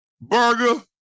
burger